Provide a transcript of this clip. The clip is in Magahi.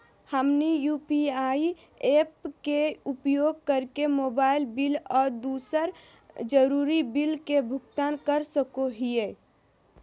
हमनी यू.पी.आई ऐप्स के उपयोग करके मोबाइल बिल आ दूसर जरुरी बिल के भुगतान कर सको हीयई